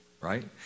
right